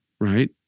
right